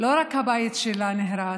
לא רק הבית שלה נהרס,